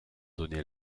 donné